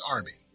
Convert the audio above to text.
Army